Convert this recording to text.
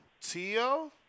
Tio